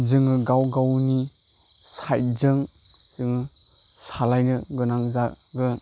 जोङो गाव गावनि साइडजों जोङो सालायनो गोनां जागोन